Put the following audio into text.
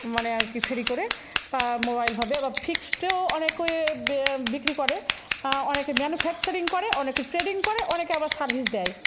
মানে আর কি ফেরি করে তা মোবাইলভাবে আবার ফিক্সডেও অনেকেই বিক্রি করে অনেকে ম্যানুফ্যাকচারিং করে অনেকে ট্রেডিং করে অনেকে আবার সার্ভিস দেয়